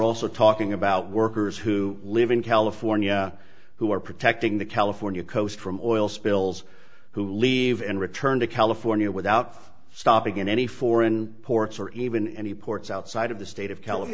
also talking about workers who live in california who are protecting the california coast from oil spills who leave and return to california without stopping in any foreign ports or even any ports outside of the state of cali